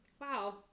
Wow